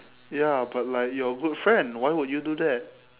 ya but like you're a good friend why would you do that